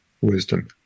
wisdom